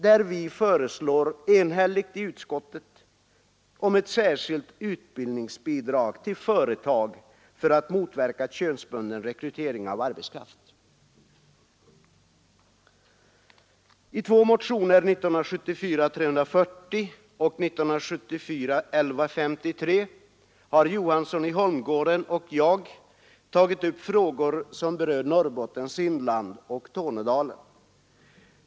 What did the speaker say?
Utskottet föreslår enhälligt t.ex. ett särskilt utbildningsbidrag till företag för att motverka könsbunden rekrytering av arbetskraft. I två motioner, nr 340 och nr 1153, har herr Johansson i Holmgården och jag tagit upp frågor som berör Norrbottens inland och Tornedalen.